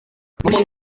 muri